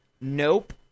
Nope